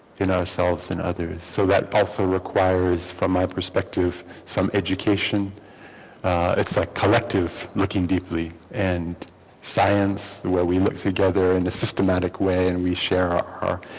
in ourselves and others so that also requires from our perspective some education it's a collective looking deeply and science where we look together in a systematic way and we share our